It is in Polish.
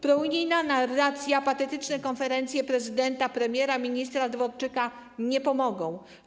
Prounijna narracja i patetyczne konferencje prezydenta, premiera, ministra Dworczyka nie pomogą.